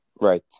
Right